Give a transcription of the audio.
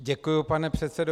Děkuji, pane předsedo.